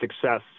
success